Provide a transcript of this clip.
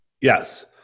Yes